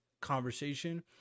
conversation